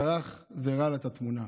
טרח והראה לה את התמונה.